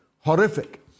horrific